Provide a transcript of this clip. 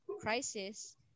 crisis